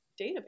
database